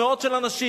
מאות של אנשים,